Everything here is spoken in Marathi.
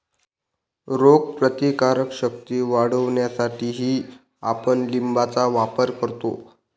रोगप्रतिकारक शक्ती वाढवण्यासाठीही आपण लिंबाचा वापर करतो